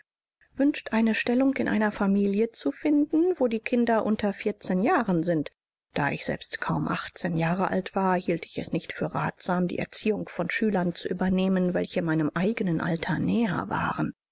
wünscht eine stellung in einer familie zu finden wo die kinder unter vierzehn jahren sind da ich selbst kaum achtzehn jahre alt war hielt ich es nicht für ratsam die erziehung von schülern zu übernehmen welche meinem eigenen alter näher waren